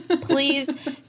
Please